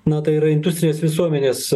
na tai yra industrinės visuomenės